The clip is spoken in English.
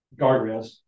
guardrails